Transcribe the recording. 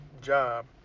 job